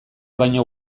baino